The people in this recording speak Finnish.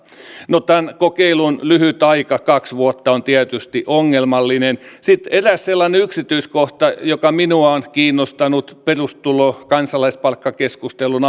no tämän kokeilun lyhyt aika kaksi vuotta on tietysti ongelmallinen sitten eräs sellainen yksityiskohta joka minua on kiinnostanut perustulo ja kansalaispalkkakeskustelun